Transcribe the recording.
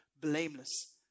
blameless